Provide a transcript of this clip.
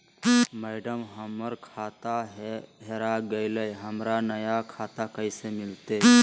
madam, हमर खाता हेरा गेलई, हमरा नया खाता कैसे मिलते